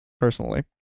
personally